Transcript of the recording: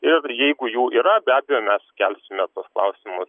ir jeigu jų yra be abejo mes kelsime tuos klausimus